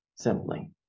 simply